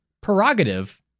prerogative